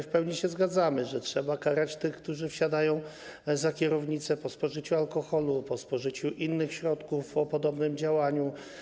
W pełni się zgadzamy, że trzeba karać tych, którzy wsiadają za kierownicę po spożyciu alkoholu, po spożyciu innych środków o podobnym działaniu.